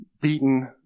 beaten